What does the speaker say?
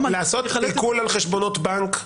לעשות לך עיקול על חשבונות בנק?